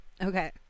Okay